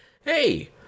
Hey